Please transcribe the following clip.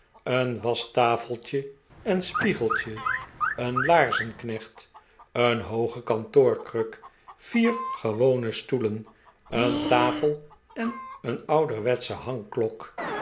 een waschtafeltje en spiegeltje een laarzenknecht een hooge kantoorkruk vier gewone stoeien een tafel en een ouderwetsche